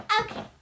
Okay